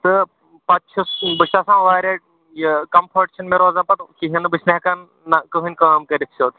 تہٕ پَتہٕ چھُس بہٕ چھُس آسان واریاہ یہِ کَمفٲرٹ چھُنہٕ مےٚ روزان پَتہٕ کِہیٖنٛۍ نہٕ بہٕ چھُس نہٕ ہیٚکان نہَ کٕنٛہٕے کٲم کٔرِتھ حظ